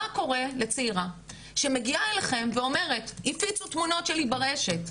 מה קורה לצעירה שמגיעה אליכם ואומרת: הפיצו תמונות שלי ברשת,